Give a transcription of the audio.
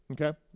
Okay